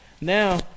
Now